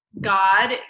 God